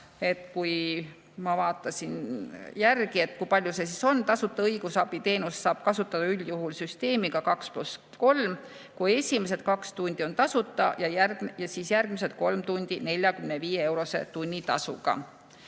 Ma vaatasin järele, kui palju seda siis on. Tasuta õigusabi teenust saab kasutada üldjuhul süsteemiga 2 + 3, kus esimesed kaks tundi on tasuta ja siis järgmised kolm tundi 45‑eurose tunnitasuga. Kui